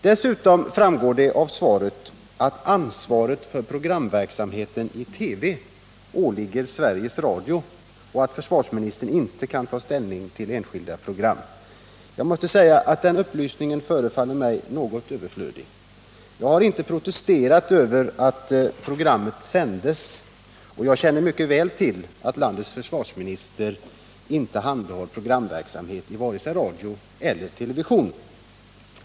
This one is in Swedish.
Av svaret framgår vidare att ansvaret för programverksamheten i TV åligger Sveriges Radio och att försvarsministern inte kan ta ställning till enskilda program. Jag måste säga att den upplysningen förefaller mig något överflödig. Jag har inte protesterat mot att programmen sändes, och jag känner mycket väl till att landets försvarsminister inte handhar programverksamheten i vare sig radio eller television.